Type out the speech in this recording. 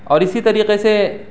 اور اسی طریقے سے